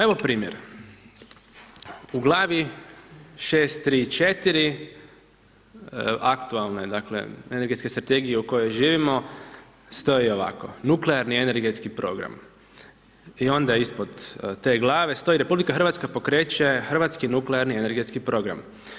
Evo, primjer, u glavi 6, 3, 4 aktualne energetske strategije u kojoj živimo, stojimo ovako, nuklearni energetski program i onda ispod te glave stoji RH pokreće hrvatski nuklearni energetski program.